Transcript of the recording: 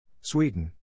Sweden